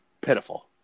pitiful